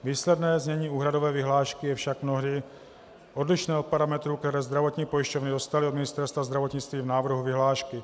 Výsledné znění úhradové vyhlášky je však mnohdy odlišné od parametrů, které zdravotní pojišťovny dostaly od Ministerstva zdravotnictví v návrhu vyhlášky.